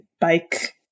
bike